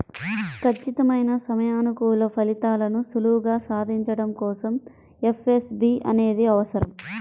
ఖచ్చితమైన సమయానుకూల ఫలితాలను సులువుగా సాధించడం కోసం ఎఫ్ఏఎస్బి అనేది అవసరం